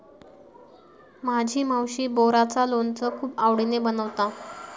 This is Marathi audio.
माझी मावशी बोराचा लोणचा खूप आवडीन बनवता